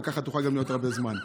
וככה תוכל להיות הרבה זמן.